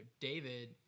David